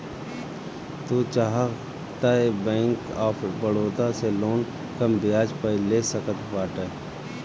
तू चाहअ तअ बैंक ऑफ़ बड़ोदा से लोन कम बियाज पअ ले सकत बाटअ